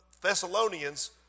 Thessalonians